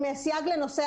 עם סייג לנושא